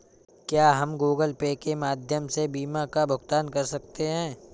क्या हम Google Pay के माध्यम से बीमा का भुगतान कर सकते हैं?